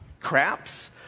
craps